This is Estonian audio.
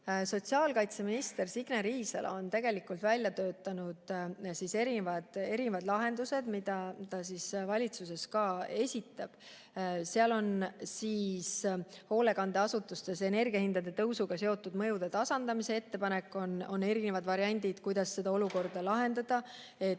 Sotsiaalkaitseminister Signe Riisalo on välja töötanud teatud lahendused, mida ta valitsuses ka esitab. Seal on hoolekandeasutustes energiahindade tõusuga seotud mõjude tasandamise ettepanekud. On erinevad variandid, kuidas seda olukorda lahendada ja